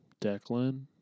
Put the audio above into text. Declan